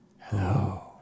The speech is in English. Hello